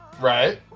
Right